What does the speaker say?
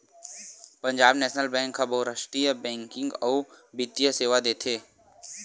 Punjab national bank ह बहुरास्टीय banking अउ बित्तीय सेवा देथे